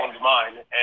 mind